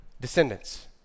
Descendants